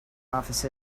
office